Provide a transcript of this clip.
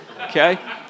okay